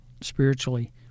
spiritually